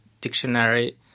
dictionary